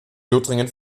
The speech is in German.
lothringen